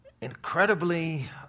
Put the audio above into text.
incredibly